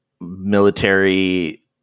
military